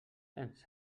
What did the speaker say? ens